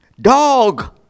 dog